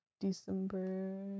December